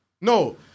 No